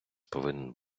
повинен